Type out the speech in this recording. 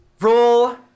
Roll